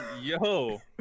Yo